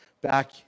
back